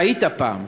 טעית הפעם,